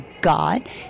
God